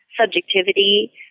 subjectivity